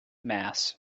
mass